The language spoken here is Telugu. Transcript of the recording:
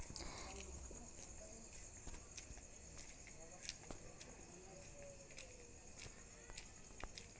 ఆహార పంటలను నాశనం చేసే కలుపు మొక్కలు, కీటకాల వంటి వాటిని తెగుళ్లను నియంత్రించడానికి కెమికల్స్ ని వాడాల్సిందే